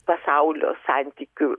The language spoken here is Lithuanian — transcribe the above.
pasaulio santykių